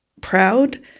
proud